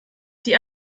die